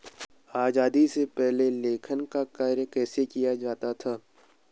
आजादी से पहले लेखांकन का कार्य कैसे किया जाता था?